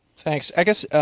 thanks. i guess